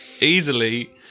Easily